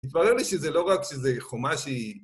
התברר לי שזה לא רק שזה חומה שהיא...